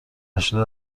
نشده